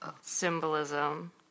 symbolism